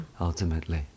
ultimately